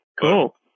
Cool